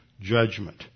judgment